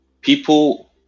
people